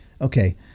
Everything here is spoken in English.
Okay